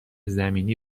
زمینی